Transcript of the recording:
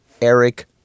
Eric